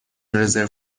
رزرو